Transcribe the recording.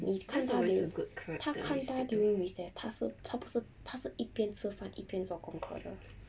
你看着他看他 during recess 他是他不是他是一边吃饭一边做功课的